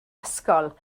ysgol